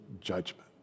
judgment